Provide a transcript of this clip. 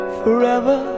forever